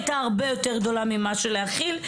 היתה הרבה יותר גדולה ממה שהאצטדיון יכול היה להכיל,